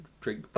drink